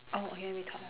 oh can hear me talk ah